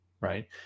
right